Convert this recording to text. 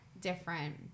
different